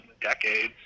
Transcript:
decades